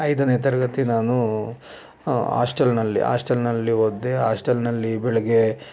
ಐದನೇ ತರಗತಿ ನಾನು ಆಸ್ಟೆಲ್ನಲ್ಲಿ ಆಸ್ಟೆಲ್ನಲ್ಲಿ ಓದಿದೆ ಆಸ್ಟೆಲ್ನಲ್ಲಿ ಬೆಳಗ್ಗೆ